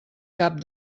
cap